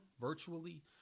virtually